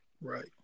Right